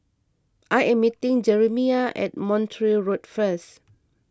I am meeting Jeremiah at Montreal Road first